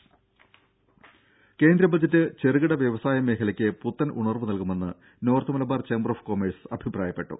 ദേദ കേന്ദ്ര ബജറ്റ് ചെറുകിട വ്യവസായ മേഖലക്ക് പുത്തൻ ഉണർവ് നൽകുമെന്ന് north Malabar chamber of commerce അഭിപ്രായപ്പെട്ടു